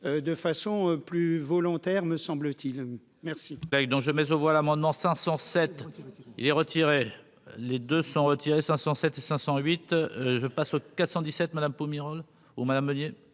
de façon plus volontaire, me semble-t-il, merci.